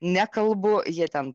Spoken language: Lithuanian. nekalbu jie ten